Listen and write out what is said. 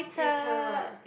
鱼汤 lah